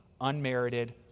unmerited